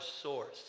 source